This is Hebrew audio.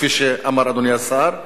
כפי שאמר אדוני השר,